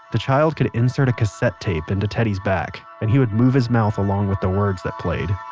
the child could insert a cassette tape into teddy's back and he would move his mouth along with the words that played.